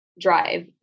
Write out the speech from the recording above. drive